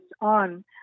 on